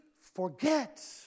forget